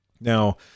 Now